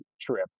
trip